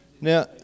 Now